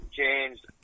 changed